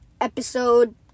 episode